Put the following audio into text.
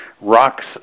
rocks